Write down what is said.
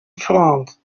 front